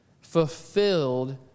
fulfilled